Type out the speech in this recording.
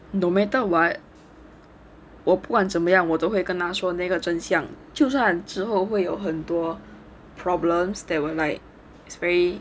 no matter what 我不管怎么样我都会跟他说那个真相就算之后会有很多 problems that will like it's very